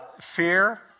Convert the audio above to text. Fear